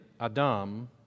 Adam